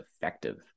effective